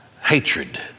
Hatred